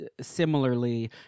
similarly